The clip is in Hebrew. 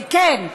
וכן,